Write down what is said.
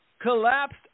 collapsed